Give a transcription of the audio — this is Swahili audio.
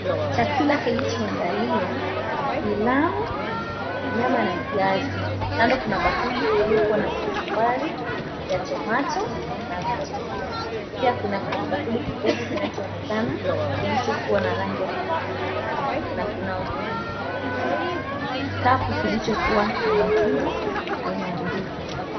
Chakula kilicho andaliwa ni pilau ya nyama na viazi. Kando kuna bakuli iliyo kua na kachumbari ya tomato na vitunguu. Pia kuna kibakuli kidogo kinachoonekana kilichokua na rangi ya kahawia. Na kuna kikapu kilichokuana matunda aina ya ndizi.